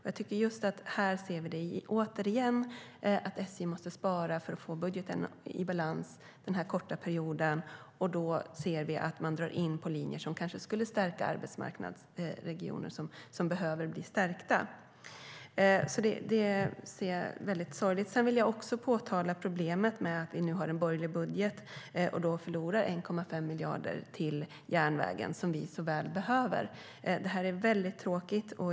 Här ser vi det återigen när SJ måste spara för att få budgeten i balans den här korta perioden. Och då drar de in på linjer som kanske skulle stärka arbetsmarknadsregioner som behöver bli stärkta. Det är sorgligt. Jag vill också påtala problemet med att vi nu har en borgerlig budget och förlorar 1,5 miljarder till järnvägen som vi såväl behöver. Det är väldigt tråkigt.